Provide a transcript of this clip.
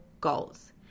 goals